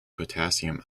potassium